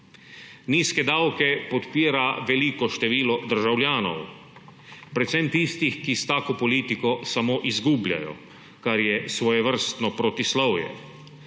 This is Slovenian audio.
Nizke davke podpira veliko število državljanov, predvsem tistih, ki s tako politiko samo izgubljajo, kar je svojevrstno protislovje.